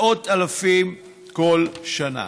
מאות אלפים כל שנה,